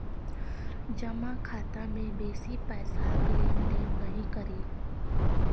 जमा खाता मे बेसी पैसाक लेन देन नहि करी